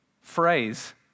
phrase